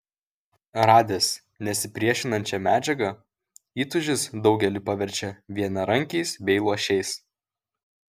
radęs nesipriešinančią medžiagą įtūžis daugelį paverčia vienarankiais bei luošiais